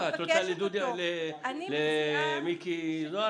למיקי זוהר?